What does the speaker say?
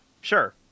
sure